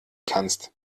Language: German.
kannst